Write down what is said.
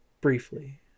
Briefly